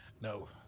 No